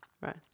Right